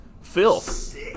filth